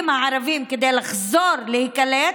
או ללא ביטחון תעסוקתי.